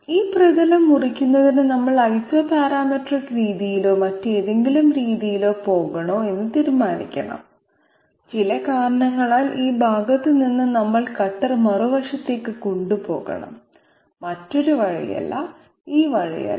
ഈ പ്രതലം മുറിക്കുന്നതിന് നമ്മൾ ഐസോപാരാമെട്രിക് രീതിയിലോ മറ്റേതെങ്കിലും രീതിയിലോ പോകണോ എന്ന് തീരുമാനിക്കണം ചില കാരണങ്ങളാൽ ഈ ഭാഗത്ത് നിന്ന് നമ്മൾ കട്ടർ മറുവശത്തേക്ക് കൊണ്ടുപോകണം മറ്റൊരു വഴിയല്ല ഈ വഴിയല്ല